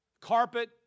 carpet